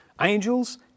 angels